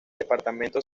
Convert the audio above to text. departamento